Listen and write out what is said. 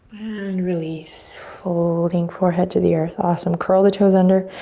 and release, folding forehead to the earth. awesome, curl the toes under.